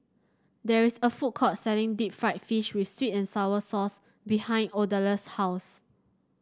there is a food court selling Deep Fried Fish with sweet and sour sauce behind Odalys' house